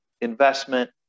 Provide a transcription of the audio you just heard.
investment